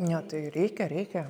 jo tai reikia reikia